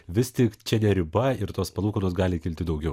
vis tik čia ne riba ir tos palūkanos gali kilti daugiau